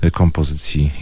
kompozycji